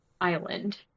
island